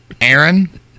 Aaron